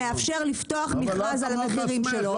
שמאפשר לפתוח מכרז על המחירים שלו,